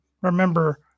remember